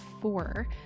four